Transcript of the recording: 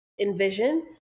envision